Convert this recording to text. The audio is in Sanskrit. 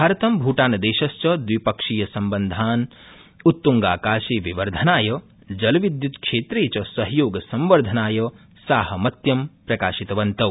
भारतं भूटानदेशश्च द्विपक्षीयसम्बन्धान् उत्तुंगाकाशे विवर्धनाय जलविद्युत्क्षेत्रे च सहयोगसम्वर्धनाय साहमत्यं प्रकाशितवन्तौ